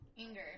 anger